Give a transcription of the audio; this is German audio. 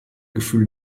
gefühl